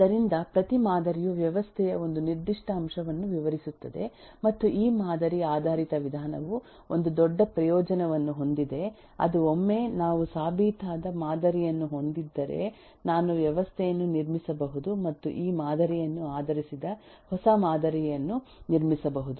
ಆದ್ದರಿಂದ ಪ್ರತಿ ಮಾದರಿಯು ವ್ಯವಸ್ಥೆಯ ಒಂದು ನಿರ್ದಿಷ್ಟ ಅಂಶವನ್ನು ವಿವರಿಸುತ್ತದೆ ಮತ್ತು ಈ ಮಾದರಿ ಆಧಾರಿತ ವಿಧಾನವು ಒಂದು ದೊಡ್ಡ ಪ್ರಯೋಜನವನ್ನು ಹೊಂದಿದೆ ಅದು ಒಮ್ಮೆ ನಾವು ಸಾಬೀತಾದ ಮಾದರಿಯನ್ನು ಹೊಂದಿದ್ದರೆ ನಾನು ವ್ಯವಸ್ಥೆಯನ್ನು ನಿರ್ಮಿಸಬಹುದು ಮತ್ತು ಈ ಮಾದರಿಯನ್ನು ಆಧರಿಸಿದ ಹೊಸ ಮಾದರಿಯನ್ನು ನಿರ್ಮಿಸಬಹುದು